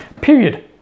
period